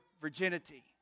virginity